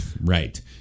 Right